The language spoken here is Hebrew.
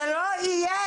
זה לא יהיה.